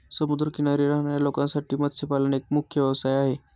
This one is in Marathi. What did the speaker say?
समुद्र किनारी राहणाऱ्या लोकांसाठी मत्स्यपालन एक मुख्य व्यवसाय आहे